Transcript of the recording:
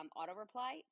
auto-reply